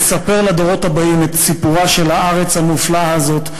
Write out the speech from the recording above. לספר לדורות הבאים את סיפורה של הארץ המופלאה הזאת,